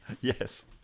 Yes